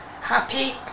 happy